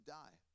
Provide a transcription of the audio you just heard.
die